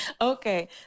Okay